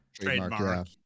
Trademark